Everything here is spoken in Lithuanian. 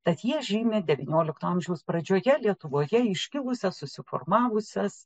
tad jie žymi devyniolikto amžiaus pradžioje lietuvoje iškilusias susiformavusias